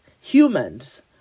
humans